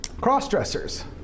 cross-dressers